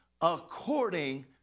according